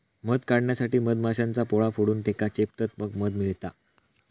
मध काढण्यासाठी मधमाश्यांचा पोळा फोडून त्येका चेपतत मग मध मिळता